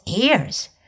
ears